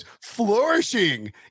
flourishing